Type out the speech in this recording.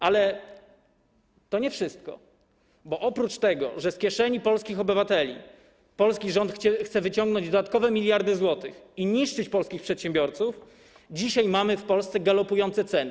Ale to nie wszystko, bo oprócz tego, że z kieszeni polskich obywateli polski rząd chce wyciągnąć dodatkowe miliardy złotych i niszczyć polskich przedsiębiorców, dzisiaj mamy w Polsce galopujące ceny.